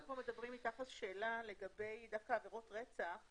שאלה דווקא לגבי עבירות רצח.